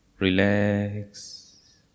Relax